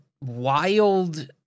wild